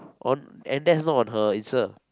on and that's not her insta